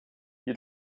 you